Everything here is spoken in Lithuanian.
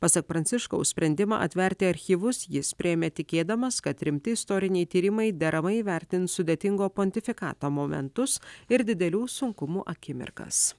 pasak pranciškaus sprendimą atverti archyvus jis priėmė tikėdamas kad rimti istoriniai tyrimai deramai įvertins sudėtingo pontifikato momentus ir didelių sunkumų akimirkas